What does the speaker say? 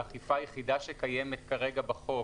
האכיפה היחידה שקיימת כרגע בחוק